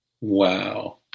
Wow